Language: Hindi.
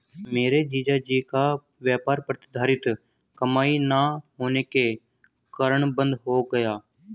मेरे जीजा जी का व्यापार प्रतिधरित कमाई ना होने के कारण बंद हो गया